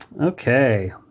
Okay